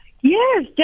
Yes